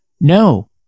No